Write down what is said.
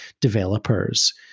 developers